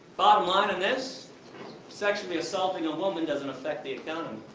bottom line in this sexually assaulting a woman doesn't affect the economy.